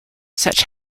such